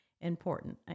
important